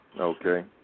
Okay